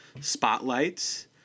spotlights